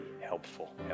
helpful